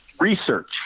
research